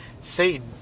Satan